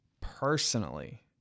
personally